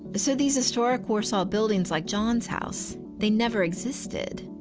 but so these historic warsaw buildings like john's house, they never existed,